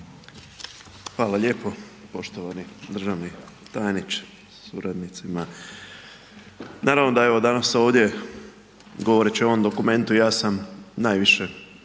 Hvala lijepo. Poštovani državni tajniče sa suradnicima, naravno da je evo danas ovdje govoreći o ovom dokumentu ja sam najviše